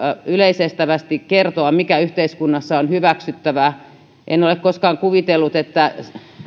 yleisestävästi kertoa mikä yhteiskunnassa on hyväksyttävää en ole koskaan kuvitellut että